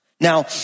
Now